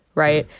right?